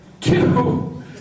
Two